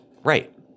Right